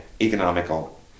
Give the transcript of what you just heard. economical